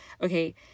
okay